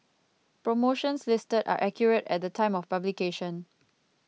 promotions listed are accurate at the time of publication